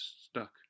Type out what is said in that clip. stuck